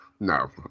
No